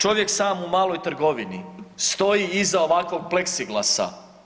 Čovjek sam u maloj trgovini stoji iza ovakvog pleksiglasa.